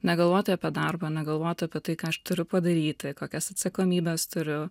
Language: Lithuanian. negalvoti apie darbą negalvoti apie tai ką aš turiu padaryti kokias atsakomybes turiu